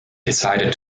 decided